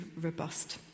robust